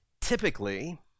Typically